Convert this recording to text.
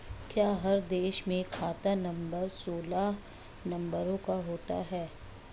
क्या हर देश में खाता नंबर सोलह नंबरों का होता है?